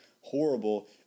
Horrible